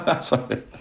sorry